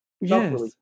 Yes